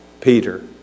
Peter